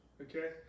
Okay